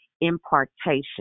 impartation